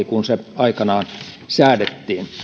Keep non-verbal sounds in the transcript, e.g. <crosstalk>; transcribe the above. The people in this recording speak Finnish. <unintelligible> kun se aikanaan säädettiin